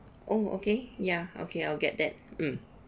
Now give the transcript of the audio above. oh okay ya okay I'll get that mm